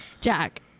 jack